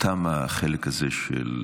תם החלק הזה של